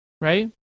right